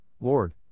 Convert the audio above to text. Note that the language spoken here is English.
Lord